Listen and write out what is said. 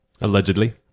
Allegedly